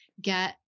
get